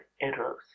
errors